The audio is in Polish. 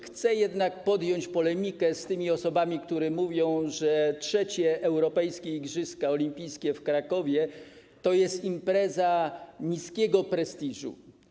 Chcę podjąć polemikę z osobami, które mówią, że trzecie europejskie igrzyska olimpijskie w Krakowie to impreza niskiego prestiżu.